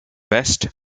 west